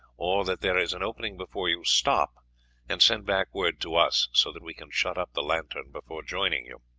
or that there is an opening before you, stop and send back word to us, so that we can shut up the lantern before joining you.